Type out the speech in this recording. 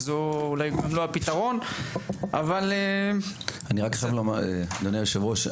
אולי זה גם לא הפתרון אבל --- אדוני יושב הראש,